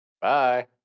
Bye